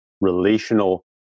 relational